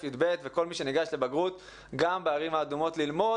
י"א-י"ב וכל מי שניגש לבגרות גם בערים האדומות ללמוד.